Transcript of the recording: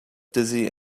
dizzy